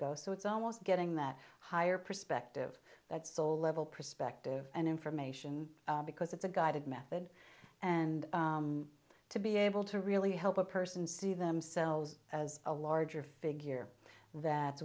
go so it's almost getting that higher perspective that soul level perspective and information because it's a guided method and to be able to really help a person see themselves as a larger figure that